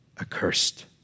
accursed